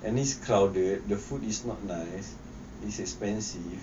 and it's crowded the food is not nice is expensive